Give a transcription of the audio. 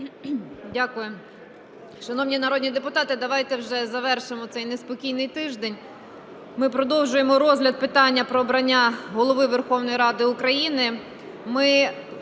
Дякую. Шановні народні депутати, давайте вже завершимо цей неспокійний тиждень. Ми продовжуємо розгляд питання про обрання Голови Верховної Ради України.